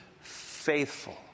faithful